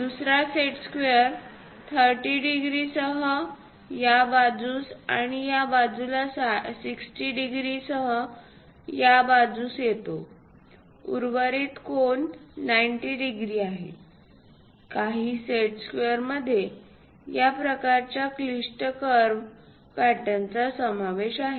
दुसरा set square 30 डिग्रीसह या बाजूस आणि या बाजूला 60 डिग्रीसह या बाजूस येतो उर्वरित कोन 90 डिग्री आहे काही सेट स्क्वेअरमध्ये या प्रकारच्या क्लिष्ट कर्व पॅटर्नचा समावेश आहे